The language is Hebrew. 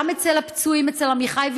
גם אצל הפצועים עמיחי ושירה,